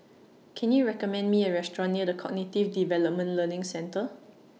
Can YOU recommend Me A Restaurant near The Cognitive Development Learning Centre